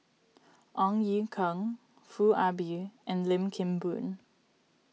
Ong Ye Kung Foo Ah Bee and Lim Kim Boon